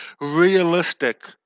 realistic